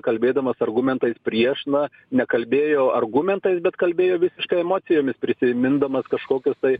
kalbėdamas argumentais prieš na nekalbėjo argumentais bet kalbėjo visiškai emocijomis prisimindamas kažkokius tai